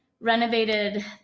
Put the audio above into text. renovated